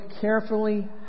carefully